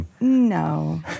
no